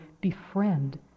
befriend